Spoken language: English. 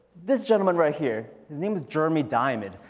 this gentleman right here. his name is jeremy diamond.